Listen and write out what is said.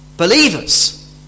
Believers